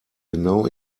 genau